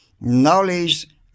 knowledge